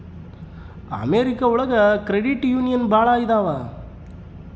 America ಒಳಗ credit union ಭಾಳ ಇದಾವ